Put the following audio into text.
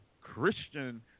Christian